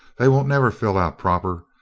they won't never fill out proper.